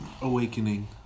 awakening